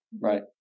Right